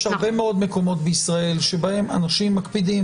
יש הרבה מאוד מקומות בישראל שבהם אנשים מקפידים,